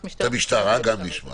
הוראת הסודיות לא חוסמת את המשטרה מלעשות